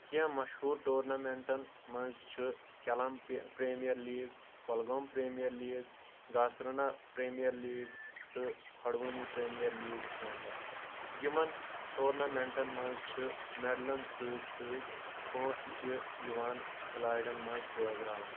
کینٛہہ مشہوٗر ٹورنامیٚنٹن منٛز چھِ Kellam premier league Kulgam premier league Gasrana premier league تہٕ کھۄڈوٕنی پریمیر لیٖگ شٲمِل یِمن ٹورنامیٚنٹن منٛز چھِ میٚڈلن سۭتۍ سۭتۍ یونٛسہٕ تہِ یِوان کھِلاڑٮ۪ن منٛز بٲگراونہٕ